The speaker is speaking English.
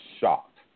shocked